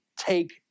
take